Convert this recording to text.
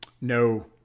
no